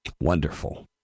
Wonderful